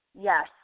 Yes